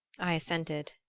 i assented.